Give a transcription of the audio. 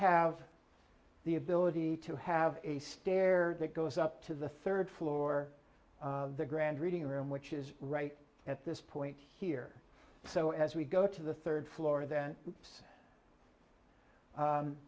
have the ability to have a stair that goes up to the third floor of the grand reading room which is right at this point here so as we go to the third floor then it's